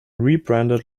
rebranded